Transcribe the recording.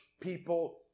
people